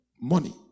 Money